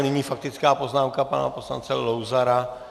Nyní faktická poznámka pana poslance Leo Luzara.